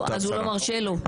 אז הוא לא מרשה לו.